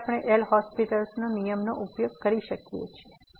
તેથી આપણે એલ'હોસ્પિટલL'Hospital નિયમનો ઉપયોગ કરી શકીએ છીએ